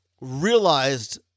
realized